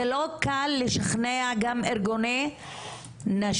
זה לא קל לשכנע גם ארגוני נשים,